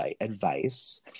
advice